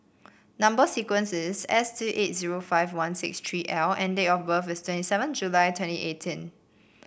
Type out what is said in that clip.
number sequence is S two eight zero five one six tree L and date of birth is twenty seven July twenty eighteen